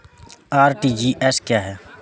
RTGS क्या है?